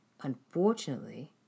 Unfortunately